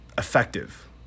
effective